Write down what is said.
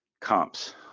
comps